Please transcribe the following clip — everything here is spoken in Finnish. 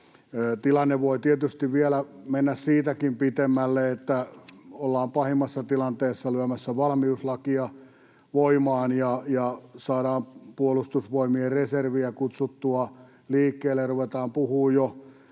Tilanne voi tietysti vielä mennä siitäkin pitemmälle niin, että ollaan pahimmassa tilanteessa lyömässä valmiuslakia voimaan ja saadaan Puolustusvoimien reserviä kutsuttua liikkeelle,